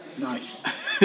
nice